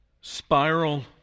spiral